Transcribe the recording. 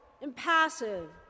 impassive